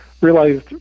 realized